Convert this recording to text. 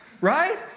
right